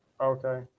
okay